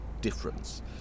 difference